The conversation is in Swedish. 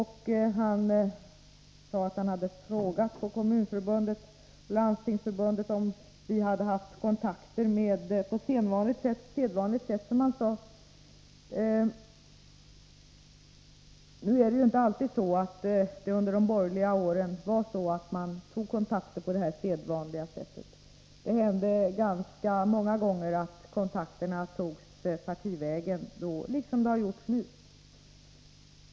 Han sade att han hade frågat på Kommunförbundet och Landstingsförbundet om vi hade haft kontakter på sedvanligt sätt, som han sade. Nu är det ju så att det under de borgerliga åren inte alltid togs kontakter på detta sedvanliga sätt. Det hände ganska många gånger att kontakterna togs partivägen, liksom det har skett nu.